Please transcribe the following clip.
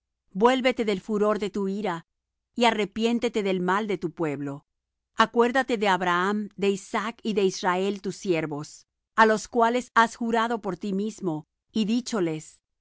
vuélvete del furor de tu ira y arrepiéntete del mal de tu pueblo acuérdate de abraham de isaac y de israel tus siervos á los cuales has jurado por ti mismo y dícholes yo